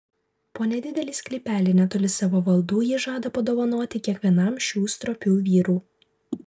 po nedidelį sklypelį netoli savo valdų ji žada padovanoti kiekvienam šių stropių vyrų